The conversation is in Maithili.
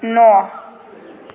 नओ